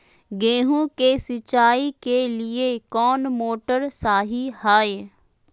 गेंहू के सिंचाई के लिए कौन मोटर शाही हाय?